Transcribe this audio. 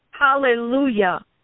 hallelujah